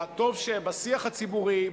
טוב שבשיח הציבורי,